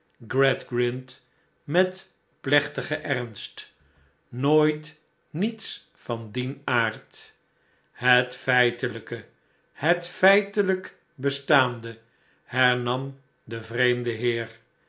met plechtigen ernst nooit niets van dien aard het feitelijke het feitelijk bestaande hernam de vreemde heer